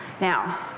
Now